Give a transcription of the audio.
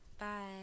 Bye